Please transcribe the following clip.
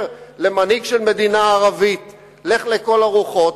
למנהיג של מדינה ערבית "לך לכל הרוחות",